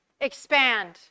expand